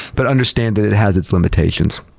but understand that it has its limitations.